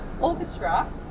orchestra